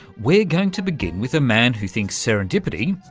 we're going to begin with a man who thinks serendipity,